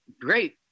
great